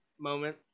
moment